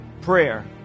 prayer